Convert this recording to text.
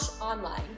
online